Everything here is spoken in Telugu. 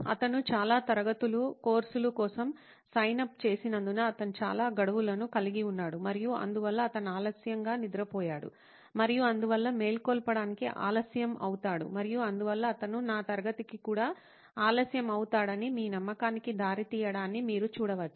అతను చాలా తరగతులు కోర్సులు కోసం సైన్ అప్ చేసినందున అతను చాలా గడువులను కలిగి ఉన్నాడు మరియు అందువల్ల అతను ఆలస్యంగా నిద్రపోయాడు మరియు అందువల్ల మేల్కొలపడానికి ఆలస్యం అవుతాడు మరియు అందువల్ల అతను నా తరగతికి కూడా ఆలస్యం అవుతాడని మీ నమ్మకానికి దారితీయడాన్ని మీరు చూడవచ్చు